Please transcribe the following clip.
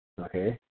okay